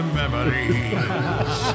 memories